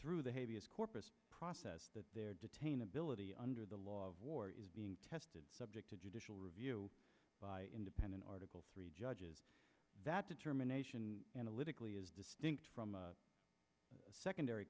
through the heaviest corpus process that there detain ability under the law of war is being tested subject to judicial review by independent article three judges that determination analytically as distinct from a secondary